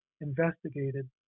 investigated